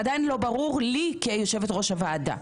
עדיין לא ברור לי כיושבת-ראש הוועדה.